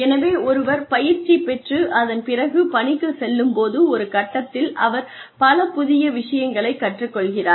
எனவே ஒருவர் பயிற்சி பெற்று அதன் பிறகு பணிக்குச் செல்லும்போது ஒரு கட்டத்தில் அவர் பல புதிய விஷயங்களைக் கற்றுக்கொள்கிறார்